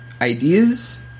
ideas